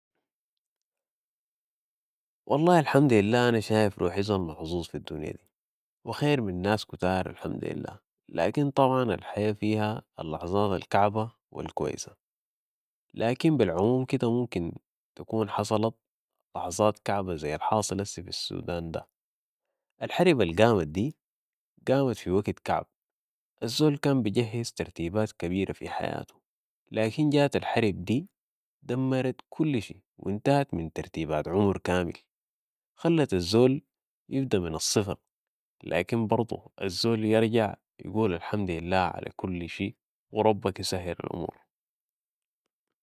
والله الحمد لله انا شايف روحى زول محظوظ في الدنيا دي و اخير من ناس كتار الحمد لله ، لكن طبعا الحياه فيها اللحظات الكعبه و الكويسه ، لكن بالعموم كده ممكن تكون حصلت لحظات كعبه زي الحاصل هسي في السودان ده. الحرب القامت دي قامت في وكت كعب الزول كان بجهز ترتيبات كبيره في حياتو لكن جات الحرب دي دمرت كل شيء وانتهت من ترتيبات عمر كامل. خلت الزول يبدأ من الصفر لكن برضو الزول برجع يقول الحمد لله علي كل شي وربك يسهل الأمور